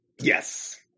Yes